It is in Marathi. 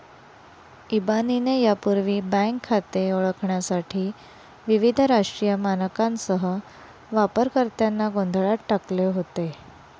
इबानीने यापूर्वी बँक खाते ओळखण्यासाठी विविध राष्ट्रीय मानकांसह वापरकर्त्यांना गोंधळात टाकले होते